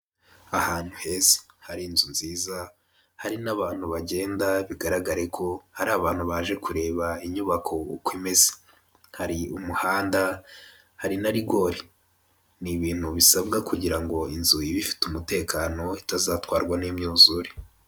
Ahantu heza hari inzu nziza, hari n'abantu bagenda bigaragare ko hari abantu baje kureba inyubako uko imeze, hari umuhanda, hari na rigore. Ni ibintu bisabwa kugira ngo inzu iba ifite umutekano itazatwarwa n'imyuzure.